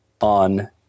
on